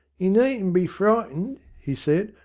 you needn't be frightened he said.